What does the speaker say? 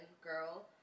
girl